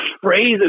phrases